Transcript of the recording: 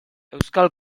euskal